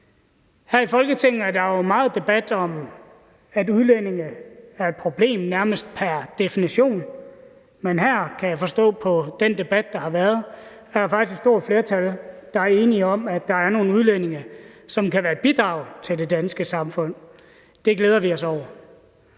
Her i Folketinget er der jo meget debat om, at udlændinge er et problem, nærmest pr. definition. Men her, kan jeg forstå på den debat, der har været, er der faktisk et stort flertal, der er enige om, at der er nogle udlændinge, som kan være et bidrag til det danske samfund. Det glæder vi os over.